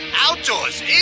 outdoors